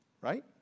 right